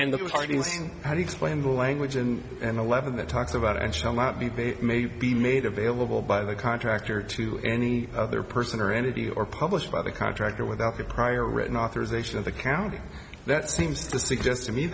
and the parties how do you explain the language in and eleven that talks about and shall not be they may be made available by the contractor to any other person or entity or published by the contractor without the prior written authorization of the county that seems to